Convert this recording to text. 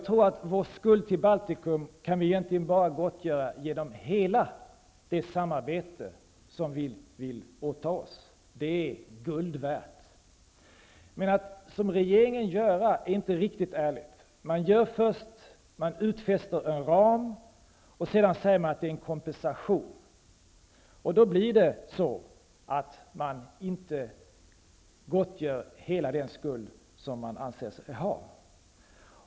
Vår skuld till Baltikum kan vi egentligen bara gottgöra genom hela det samarbete som vi vill åta oss. Det är guld värt. Men att göra som regeringen är inte riktigt ärligt. Man utfäster en ram, och sedan säger man att det är en kompensation. Då gottgör man inte hela den skuld som man anser sig ha.